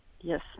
Yes